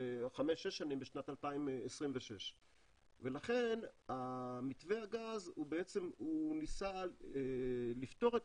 בשנת 2026. מתווה הגז ניסה לפתור את